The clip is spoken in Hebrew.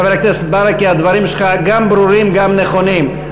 חבר הכנסת ברכה, הדברים שלך גם ברורים, גם נכונים.